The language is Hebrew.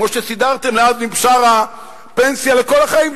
כמו שסידרתם לעזמי בשארה פנסיה לכל החיים,